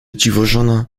dziwożona